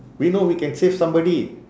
we know we can save somebody